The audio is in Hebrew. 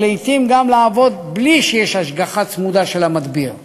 ולעתים גם לעבוד בלי השגחה צמודה של המדביר.